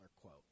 quote